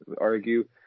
argue